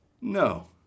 no